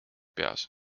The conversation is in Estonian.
peas